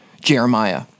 Jeremiah